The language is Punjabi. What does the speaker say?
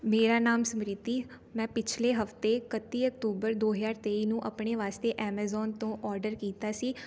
ਮੇਰਾ ਨਾਮ ਸਮਰੀਤੀ ਮੈਂ ਪਿੱਛਲੇ ਹਫ਼ਤੇ ਇਕੱਤੀ ਅਕਤੂਬਰ ਦੋ ਹਜ਼ਾਰ ਤੇਈ ਨੂੰ ਆਪਣੇ ਵਾਸਤੇ ਐਮਾਜੌਨ ਤੋਂ ਔਡਰ ਕੀਤਾ ਸੀ